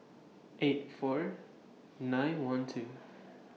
eight four nine one two